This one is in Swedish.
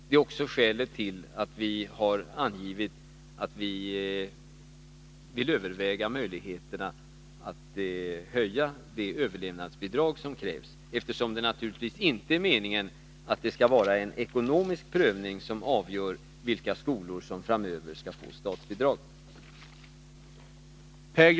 Det är också skälet till att vi angivit att vi vill överväga möjligheterna att höja det ”överlevnadsbidrag” som krävs, eftersom det naturligtvis inte är meningen att det skall vara en ekonomisk prövning som avgör vilka skolor som framöver skall få statsbidrag.